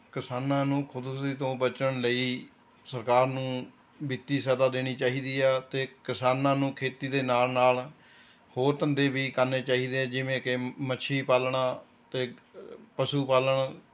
ਕਿਸਾਨਾਂ ਨੂੰ ਖੁਦਕੁਸ਼ੀ ਤੋਂ ਬਚਣ ਲਈ ਸਰਕਾਰ ਨੂੰ ਵਿੱਤੀ ਸਹਾਇਤਾ ਦੇਣੀ ਚਾਹੀਦੀ ਆ ਅਤੇ ਕਿਸਾਨਾਂ ਨੂੰ ਖੇਤੀ ਦੇ ਨਾਲ ਨਾਲ ਹੋਰ ਧੰਦੇ ਵੀ ਕਰਨੇ ਚਾਹੀਦੇ ਹੈ ਜਿਵੇਂ ਕਿ ਮ ਮੱਛੀ ਪਾਲਣਾ ਅਤੇ ਪਸ਼ੂ ਪਾਲਣ